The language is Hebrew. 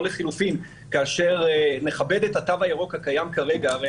לחילופין כאשר נכבד את התו הירוק הקיים כרגע הרי